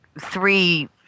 three